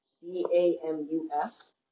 C-A-M-U-S